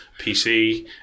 PC